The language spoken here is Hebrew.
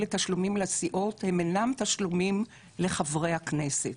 אלה תשלומים לסיעות, הם אינם תשלומים לחברי הכנסת.